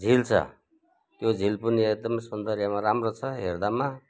झिल छ त्यो झिल पनि एकदम सौन्दर्यमा राम्रो छ हेर्दामा